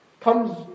comes